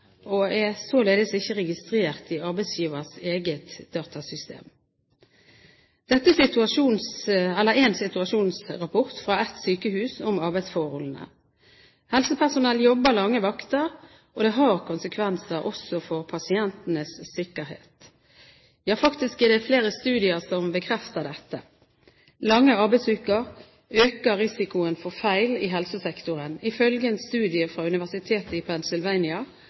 arbeid og er ikke registrert i arbeidsgivers eget datasystem.» Dette er en situasjonsrapport fra et sykehus om arbeidsforholdene. Helsepersonell jobber lange vakter, og det har konsekvenser også for pasientenes sikkerhet. Ja, faktisk er det flere studier som bekrefter dette. Lange arbeidsuker øker risikoen for feil i helsesektoren, ifølge en studie fra universitetet i